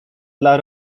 dla